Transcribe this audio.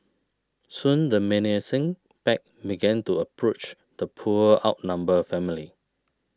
soon the menacing pack began to approach the poor outnumbered family